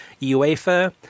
UEFA